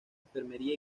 enfermería